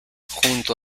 junto